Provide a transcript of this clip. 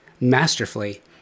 masterfully